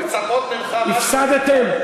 הפסדתם.